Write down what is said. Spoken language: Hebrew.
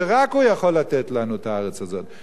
שרק הוא יכול לתת לנו את הארץ הזאת.